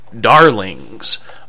darlings